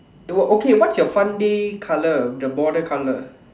oh okay what's your fun day colour the border colour